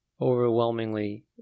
overwhelmingly